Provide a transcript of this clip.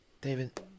david